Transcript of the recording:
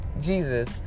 Jesus